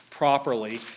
properly